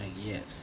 yes